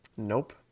nope